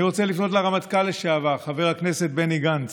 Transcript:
אני רוצה לפנות לרמטכ"ל לשעבר חבר הכנסת בני גנץ: